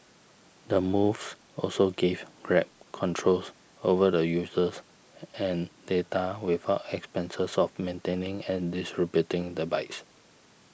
the moves also gives Grab controls over the users and data without the expenses of maintaining and distributing the bikes